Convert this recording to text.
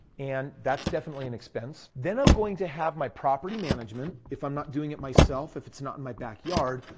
and that's definitely an expense. then i'm going to have my property management. if i'm not doing it myself, if it's not in my backyard,